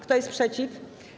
Kto jest przeciw?